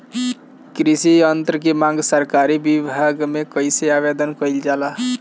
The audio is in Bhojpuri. कृषि यत्र की मांग सरकरी विभाग में कइसे आवेदन कइल जाला?